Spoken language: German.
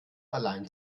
allein